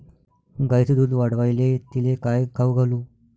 गायीचं दुध वाढवायले तिले काय खाऊ घालू?